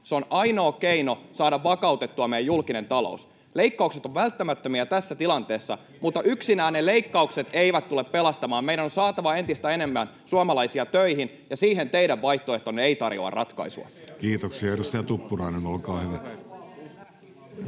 Se on ainoa keino saada vakautettua meidän julkinen taloutemme. Leikkaukset ovat välttämättömiä tässä tilanteessa, mutta yksinään ne leikkaukset [Välihuutoja keskustasta] eivät tule pelastamaan. Meidän on saatava entistä enemmän suomalaisia töihin, ja siihen teidän vaihtoehtonne eivät tarjoa ratkaisua. [Speech 112] Speaker: Jussi